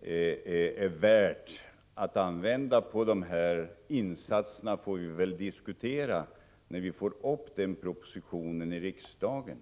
är värt att användas beträffande dessa insatser får vi väl diskutera när den aktuella propositionen kommer till riksdagen.